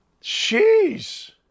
Jeez